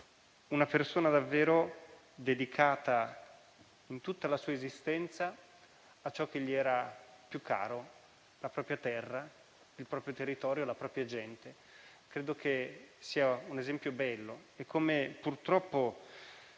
che ha davvero dedicato tutta la sua esistenza a ciò che gli era più caro: la propria terra, il proprio territorio e la propria gente. Credo che sia un esempio bello e, come purtroppo